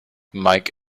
mike